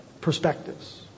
perspectives